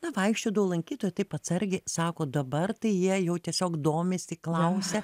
na vaikščiodavo lankytojai taip atsargiai sako dabar tai jie jo tiesiog domisi klausia